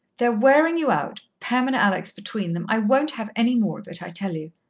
they're wearing you out, pam and alex between them. i won't have any more of it, i tell you.